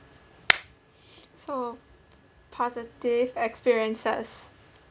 so positive experiences